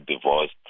divorced